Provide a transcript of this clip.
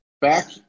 back